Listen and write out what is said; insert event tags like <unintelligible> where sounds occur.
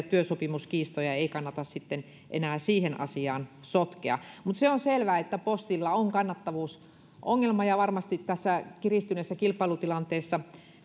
<unintelligible> työsopimuskiistoja ei ei kannata sitten enää siihen asiaan sotkea mutta se on selvää että postilla on kannattavuusongelma ja varmasti tässä kiristyneessä kilpailutilanteessa